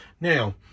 Now